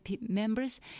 members